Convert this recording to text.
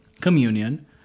communion